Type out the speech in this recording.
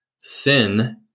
sin